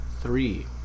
three